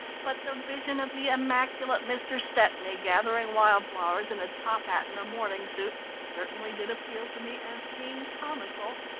but the vision of the immaculate mr. stepney gathering wild flowers in a top hat and a morning suit certainly did appeal to me as being comical!